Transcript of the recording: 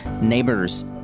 neighbors